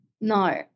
No